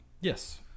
Yes